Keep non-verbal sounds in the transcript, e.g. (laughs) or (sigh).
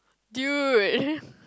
dude (laughs)